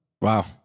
wow